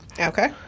okay